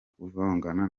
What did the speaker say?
kuvugana